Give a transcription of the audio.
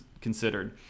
considered